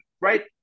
right